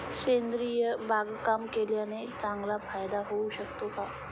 सेंद्रिय बागकाम केल्याने चांगला फायदा होऊ शकतो का?